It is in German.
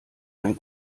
ein